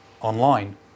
online